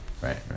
Right